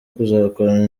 kuzakorana